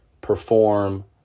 perform